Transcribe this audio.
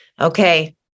Okay